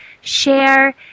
share